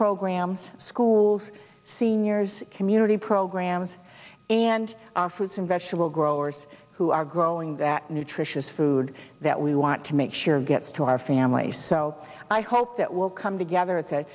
programs schools seniors community programs and fruits and vegetable growers who are growing that nutritious food that we want to make sure gets to our families so i hope that will come together